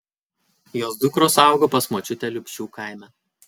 jos dukros augo pas močiutę liupšių kaime